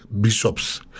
bishops